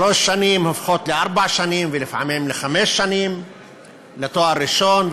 שלוש שנים הופכות לארבע שנים ולפעמים לחמש שנים לתואר ראשון,